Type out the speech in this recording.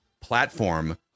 platform